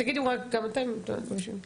תגידו רק גם אתם את השם.